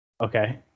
Okay